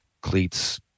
cleats